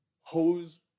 hose